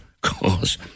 cause